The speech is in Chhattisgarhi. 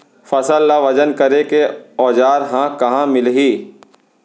फसल ला वजन करे के औज़ार हा कहाँ मिलही?